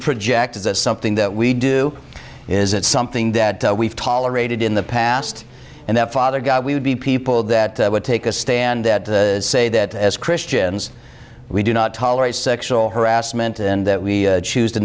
project is that something that we do is it something that we've tolerated in the past and the father god we would be people that would take a stand that the say that as christians we do not tolerate sexual harassment and that we choose to